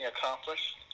accomplished